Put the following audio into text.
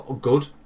good